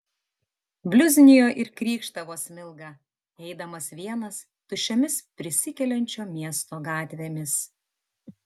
bliuznijo ir krykštavo smilga eidamas vienas tuščiomis prisikeliančio miesto gatvėmis